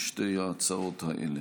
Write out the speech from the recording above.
שתי ההצעות האלה.